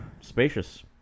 Spacious